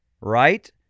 Right